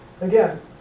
Again